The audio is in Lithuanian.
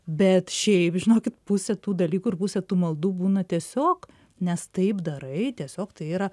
bet šiaip žinokit pusė tų dalykų ir pusė tų maldų būna tiesiog nes taip darai tiesiog tai yra